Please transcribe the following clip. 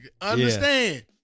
Understand